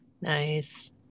Nice